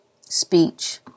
speech